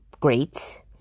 great